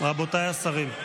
רבותיי השרים.